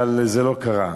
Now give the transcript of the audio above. אבל זה לא קרה.